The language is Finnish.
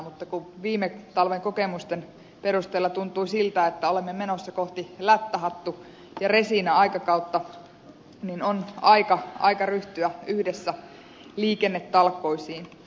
mutta kun viime talven kokemusten perusteella tuntui siltä että olemme menossa kohti lättähattu ja resiina aikakautta niin on aika ryhtyä yhdessä liikennetalkoisiin